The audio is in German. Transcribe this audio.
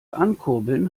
ankurbeln